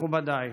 מכובדיי,